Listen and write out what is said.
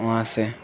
وہاں سے